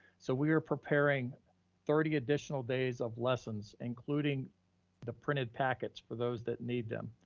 so we are preparing thirty additional days of lessons, including the printed packets for those that need them.